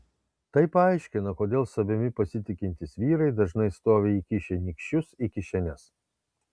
tai paaiškina kodėl savimi pasitikintys vyrai dažnai stovi įkišę nykščius į kišenes